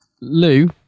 Lou